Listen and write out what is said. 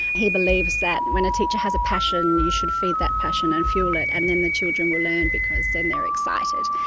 he believes that when a teacher has a passion, you should feed that passion and fuel it and then the children will learn because then they're excited.